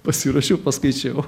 pasiruošiau paskaičiau